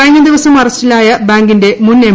കഴിഞ്ഞ ദിവസം അറസ്റ്റിലായ ബാങ്കിന്റെ മുൻ എം